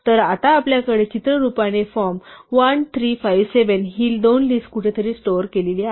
तर आता आपल्याकडे चित्ररूपाने फॉर्म 1 3 5 7 ची दोन लिस्ट कुठेतरी स्टोअर केलेली आहे